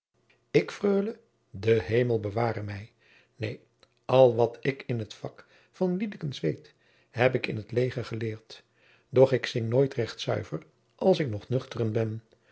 ik freule de hemel beware mij neen al wat ik in t vak van liedekens weet heb ik in t leger geleerd doch ik zing nooit recht zuiver als ik nog nuchteren ben